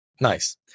Nice